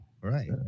Right